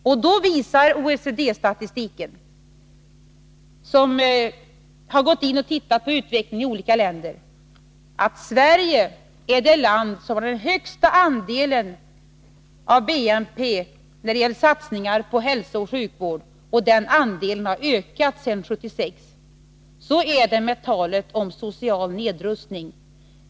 OECD-statistiken, som jämför utvecklingen i olika länder, visar att Sverige är det land som har den högsta andelen av BNP när det gäller satsningar på hälsooch sjukvård, och den andelen har ökat sedan 1976. Så är det med talet om social nedrustning.